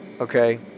okay